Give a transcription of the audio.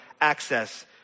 access